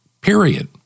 period